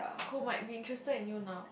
who might be interested in you now